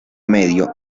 medio